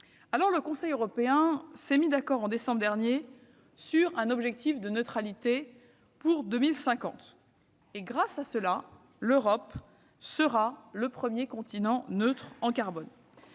Le Conseil européen s'est mis d'accord en décembre dernier sur un objectif de neutralité pour 2050. L'Europe serait ainsi le premier continent neutre en carbone.